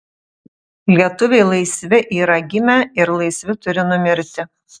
lietuviai laisvi yra gimę ir laisvi turi numirti